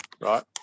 right